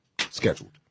Scheduled